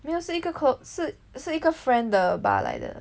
没有是一个 quote 是是一个 friend 的 bar 来的